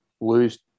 lose